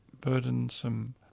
burdensome